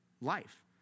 life